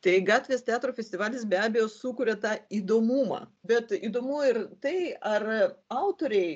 tai gatvės teatro festivalis be abejo sukuria tą įdomumą bet įdomu ir tai ar autoriai